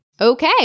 Okay